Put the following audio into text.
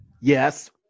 yes